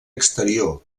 exterior